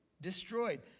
destroyed